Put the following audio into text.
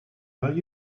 will